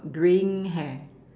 drain hair